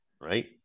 right